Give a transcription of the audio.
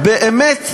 באמת,